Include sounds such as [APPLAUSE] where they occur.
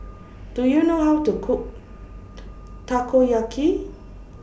Do YOU know How to Cook [NOISE] Takoyaki